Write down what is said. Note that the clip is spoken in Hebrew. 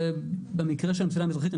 במקרה של המסילה המזרחית,